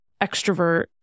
extrovert